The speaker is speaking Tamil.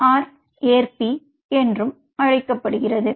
ஆர் ஏற்பி என்றும் அழைக்கப்படுகிறது